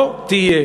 לא תהיה.